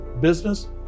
business